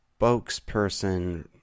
spokesperson